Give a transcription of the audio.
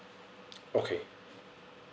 okay